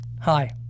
Hi